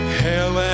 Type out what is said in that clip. hell